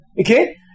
Okay